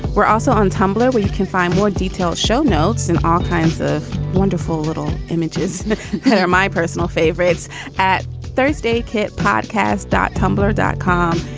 we're also on tumblr where you can find more details, show notes and all kinds of wonderful little images. here are my personal favorites at thursday kitteh podcast, dot tumblr, dot com.